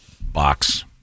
box